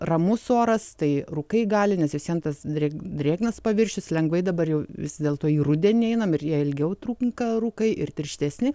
ramus oras tai rūkai gali nes vis vien tas drėg drėgnas paviršius lengvai dabar jau vis dėlto į rudenį einam ir jie ilgiau trunka rūkai ir tirštesni